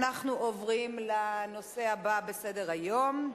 אנחנו עוברים לנושא הבא בסדר-היום: